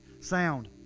sound